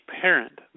parent